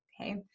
Okay